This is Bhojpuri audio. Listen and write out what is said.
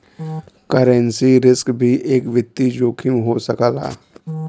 करेंसी रिस्क भी एक वित्तीय जोखिम हो सकला